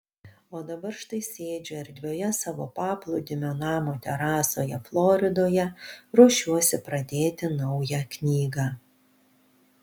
o dabar štai sėdžiu erdvioje savo paplūdimio namo terasoje floridoje ruošiuosi pradėti naują knygą